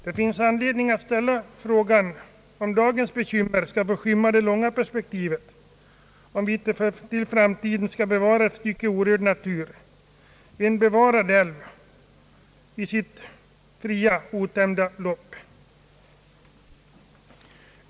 Det finns också anledning att fråga sig, om dagens bekymmer skall få skymma de långa perspektiven och om vi inte för framtiden skall söka bevara ett stycke orörd natur, en orörd älv i sitt fria, otämjda lopp.